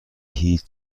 هیچ